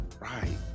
Right